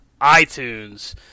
iTunes